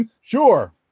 Sure